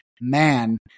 man